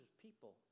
people